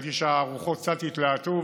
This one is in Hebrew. הבנתי שהרוחות קצת התלהטו,